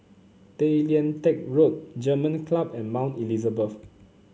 Tay Lian Teck Road German Club and Mount Elizabeth